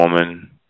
woman